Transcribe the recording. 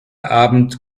abend